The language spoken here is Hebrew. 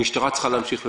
המשטרה צריכה להמשיך ולעבוד.